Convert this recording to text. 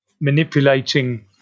manipulating